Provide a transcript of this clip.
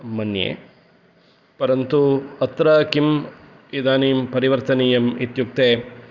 मन्ये परन्तु अत्र किम् इदानीं परिवर्तनीयम् इत्युक्ते